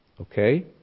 Okay